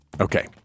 Okay